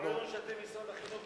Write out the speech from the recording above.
ולהעביר את הנושא לוועדת החינוך,